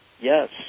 Yes